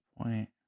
point